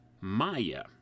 Maya